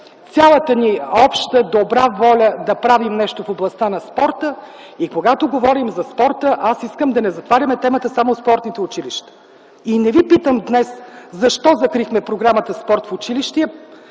цялата ни обща добра воля да правим нещо в областта на спорта. И когато говорим за спорта аз не искам да затваряме темата само за спортните училища. И не ви питам днес защо закрихме програмата „Спорт в училище”